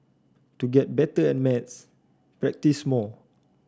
to get better at maths practise more